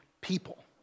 people